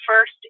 first